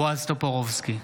בועז טופורובסקי,